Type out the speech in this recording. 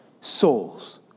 souls